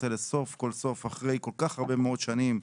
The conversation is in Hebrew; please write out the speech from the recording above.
האלה סוף כל סוף אחרי כל כך הרבה מאוד שנים,